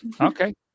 Okay